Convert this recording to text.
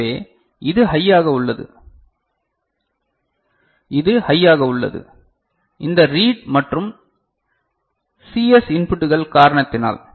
எனவே இது ஹையாக உள்ளது இது ஹையாக உள்ளது இந்த ரீட் மற்றும் சிஎஸ் இன்புட்டுகள் காரணத்தினால்